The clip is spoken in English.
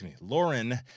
Lauren